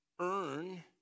earn